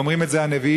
ואומרים את זה הנביאים,